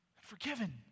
forgiven